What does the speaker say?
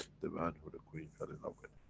the man who the queen fell in love with.